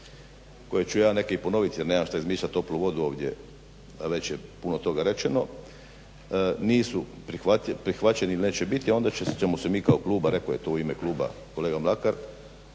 koje ću ja neke ponoviti, jer nemam šta izmišljati toplu vodu ovdje, već je puno toga rečeno, nisu prihvaćeni ili neće biti, a onda ćemo se mi kao klub, a rekao je to u ime kluba kolega Mlakar